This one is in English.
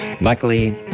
Luckily